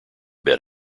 bed